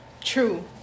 true